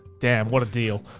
damn. what a deal.